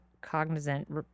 cognizant